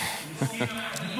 הוא הסכים לנאום האחרון.